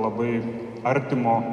labai artimo